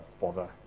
Bother